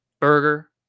burger